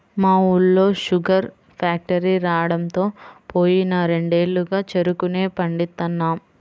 మా ఊళ్ళో sugar factory రాడంతో పోయిన రెండేళ్లుగా చెరుకునే పండిత్తన్నాం